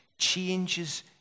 changes